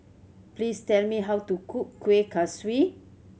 please tell me how to cook Kueh Kaswi